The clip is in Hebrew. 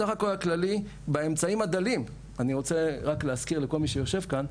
בסך הכל הכללי באמצעים הדלים אני רוצה רק להזכיר שכל מי שיושב כאן,